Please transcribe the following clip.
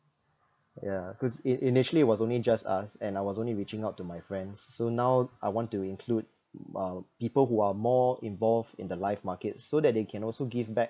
yeah cause in~ initially it was only just us and I was only reaching out to my friends so now I want to include uh people who are more involved in the live market so that they can also give back